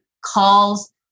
calls